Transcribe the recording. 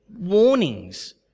warnings